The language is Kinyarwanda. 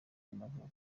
y’amavuko